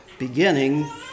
Beginning